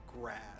grass